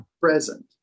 present